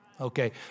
Okay